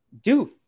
Doof